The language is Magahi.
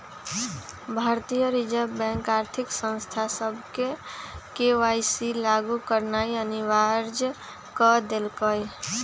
भारतीय रिजर्व बैंक आर्थिक संस्था सभके के.वाई.सी लागु करनाइ अनिवार्ज क देलकइ